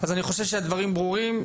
אז אני חושב שהדברים ברורים,